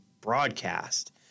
broadcast